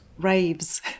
raves